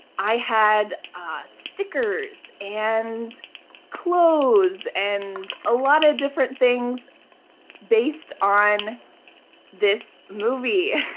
i had stickers and clothes and a lot of different things based on this movie.